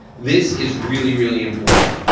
this is really, really important.